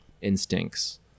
instincts